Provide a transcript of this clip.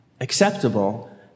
acceptable